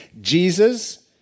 Jesus